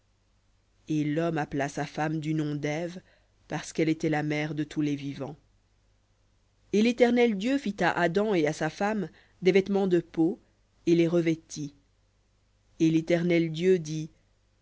et l'homme appela sa femme du nom d'ève parce qu'elle était la mère de tous les vivants v et l'éternel dieu fit à adam et à sa femme des vêtements de peau et les revêtit et l'éternel dieu dit